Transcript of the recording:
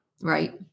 Right